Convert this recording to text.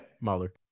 Mahler